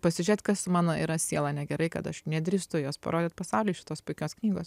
pasižiūrėt kas su mano yra siela negerai kad aš nedrįstu jos parodyt pasauliui šitos puikios knygos